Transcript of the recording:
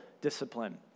discipline